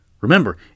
Remember